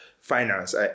finance